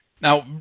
Now